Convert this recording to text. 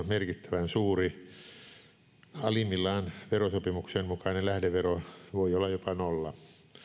merkittävän suuri kun alimmillaan verosopimuksen mukainen lähdevero voi olla jopa nolla